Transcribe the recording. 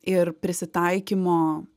ir prisitaikymo